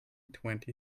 twenty